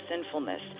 sinfulness